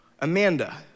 Amanda